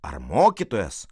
ar mokytojas